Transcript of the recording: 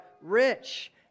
rich